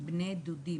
בני דודים?